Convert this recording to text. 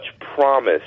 promise